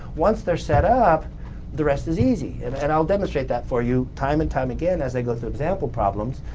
once they're set up the rest is easy and and i'll demonstrate that for you time and time again as i go through example problems.